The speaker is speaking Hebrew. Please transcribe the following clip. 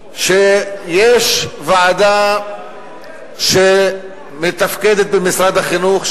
שיש ועדה שמתפקדת במשרד החינוך,